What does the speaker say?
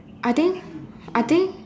I think I think